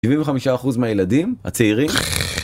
75% מהילדים הצעירים